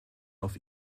auf